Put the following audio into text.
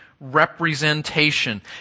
representation